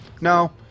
no